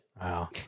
Wow